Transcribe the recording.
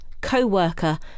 co-worker